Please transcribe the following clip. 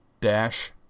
dash